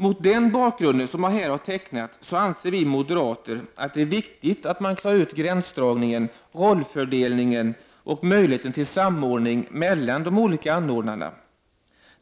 Mot den bakgrund som jag här har tecknat anser vi moderater att det är viktigt att man klarar ut gränsdragningen, rollfördelningen och möjligheten till samordning mellan de olika anordnarna.